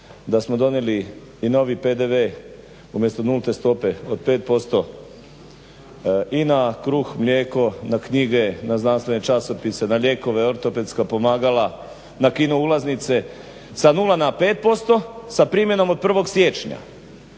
da smo donijeli i novi PDV umjesto nulte stope od 5% i na kruh, mlijeko, na knjige, na znanstvene časopise, na lijekove, ortopedska pomagala, na kino ulaznice sa 0 na 5% sa primjenom od 1. siječnja,